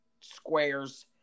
squares